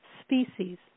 species